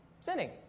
sinning